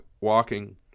walking